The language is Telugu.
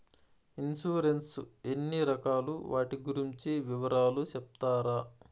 ఇన్సూరెన్సు ఎన్ని రకాలు వాటి గురించి వివరాలు సెప్తారా?